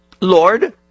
Lord